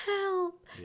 Help